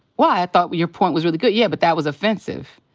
well, i thought your point was really good. yeah, but that was offensive.